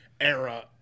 era